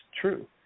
true